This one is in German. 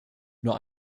nur